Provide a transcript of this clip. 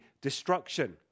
destruction